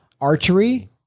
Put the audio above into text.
Archery